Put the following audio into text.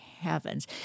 Heavens